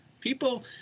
People